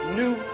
new